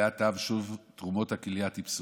ואט-אט שוב תרומות הכליה טיפסו.